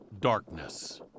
Darkness